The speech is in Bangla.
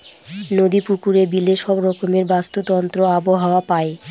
নদী, পুকুরে, বিলে সব রকমের বাস্তুতন্ত্র আবহাওয়া পায়